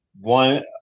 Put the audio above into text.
one